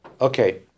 Okay